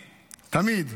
תמיד.